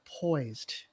poised